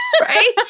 Right